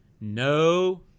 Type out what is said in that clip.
No